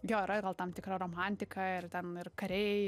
jo yra ir gal tam tikra romantika ir ten ir kariai